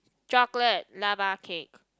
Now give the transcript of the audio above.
chocolate lava cake